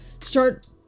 start